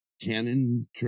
canon